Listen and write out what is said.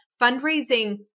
fundraising